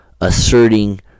asserting